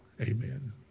Amen